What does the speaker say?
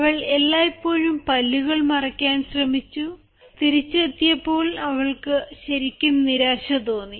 അവൾ എല്ലായ്പ്പോഴും പല്ലുകൾ മറയ്ക്കാൻ ശ്രമിച്ചു തിരിച്ചെത്തിയപ്പോൾ അവൾക്ക് ശരിക്കും നിരാശ തോന്നി